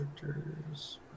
characters